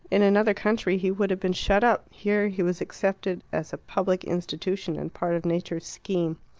in another country he would have been shut up here he was accepted as a public institution, and part of nature's scheme.